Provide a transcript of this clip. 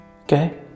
Okay